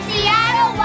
Seattle